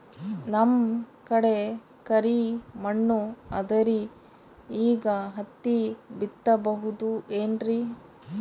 ನಮ್ ಕಡೆ ಕರಿ ಮಣ್ಣು ಅದರಿ, ಈಗ ಹತ್ತಿ ಬಿತ್ತಬಹುದು ಏನ್ರೀ?